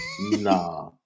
Nah